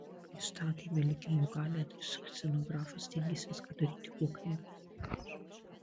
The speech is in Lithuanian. kai statėme likimo galią tai scenografas stengėsi viską daryti kuo kreiviau